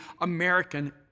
American